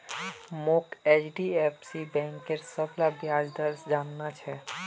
मोक एचडीएफसी बैंकेर सबला ब्याज दर जानना छ